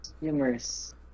humorous